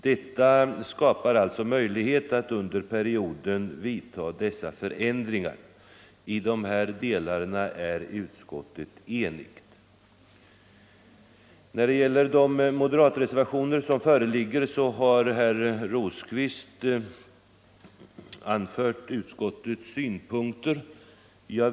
Detta skapar alltså möjlighet att under perioden vidta dessa förändringar. I dessa delar är utskottet enigt. Vad angår de föreliggande moderatreservationerna har herr Rosqvist här redogjort för utskottets synpunkter.